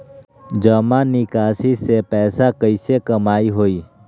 जमा निकासी से पैसा कईसे कमाई होई?